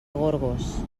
gorgos